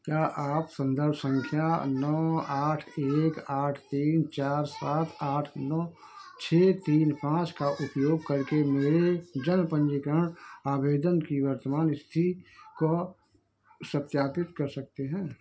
क्या आप सन्दर्भ सँख्या नौ आठ एक आठ तीन चार सात आठ नौ छह तीन पाँच का उपयोग करके मेरे जन्म पन्जीकरण आवेदन की वर्तमान इस्थिति को सत्यापित कर सकते हैं